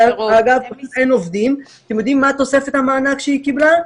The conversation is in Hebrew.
אתם יודעים מה תוספת המענק שהיא קיבלה?